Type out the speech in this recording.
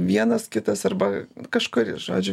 vienas kitas arba kažkuris žodžiu